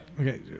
Okay